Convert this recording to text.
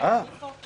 --- מה פתאום